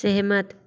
सहमत